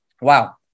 wow